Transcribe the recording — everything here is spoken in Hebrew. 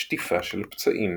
שטיפה של פצעים.